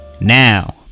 now